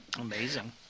Amazing